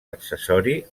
accessori